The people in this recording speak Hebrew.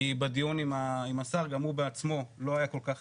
כי בדיון עם השר גם הוא בעצמו לא היה כל כך